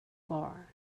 bar